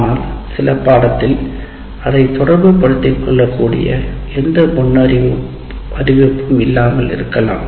ஆனால் சில பாடத்தில் அதை தொடர்பு படுத்திக்கொள்ள எந்த முன்னறிவிப்பும் இல்லாமல் இருக்கலாம்